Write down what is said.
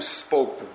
spoke